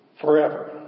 forever